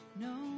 No